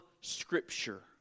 Scripture